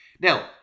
Now